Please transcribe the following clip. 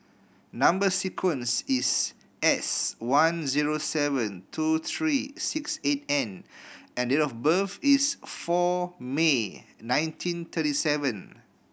number sequence is S one zero seven two three six eight N and date of birth is four May nineteen thirty seven